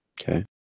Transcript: okay